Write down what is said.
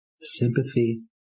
sympathy